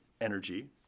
energy